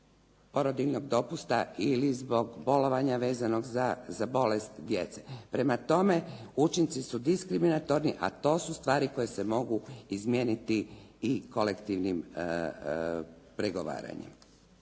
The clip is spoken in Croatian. porodiljnog dopusta ili zbog bolovanja vezanog za bolest djece. Prema tome, učinci su diskriminatorni a to su stvari koje se mogu izmijeniti i kolektivnim pregovaranjem.